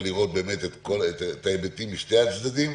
ולראות את ההיבטים משני הצדדים.